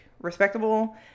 respectable